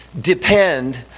depend